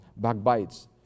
backbites